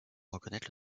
reconnaître